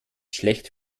schlecht